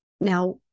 Now